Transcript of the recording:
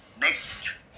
next